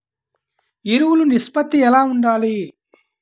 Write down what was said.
ఎరువులు నిష్పత్తి ఎలా ఉండాలి?